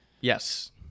Yes